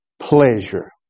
pleasure